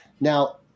Now